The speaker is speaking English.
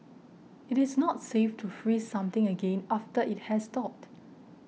it is not safe to freeze something again after it has thawed